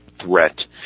threat